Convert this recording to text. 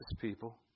people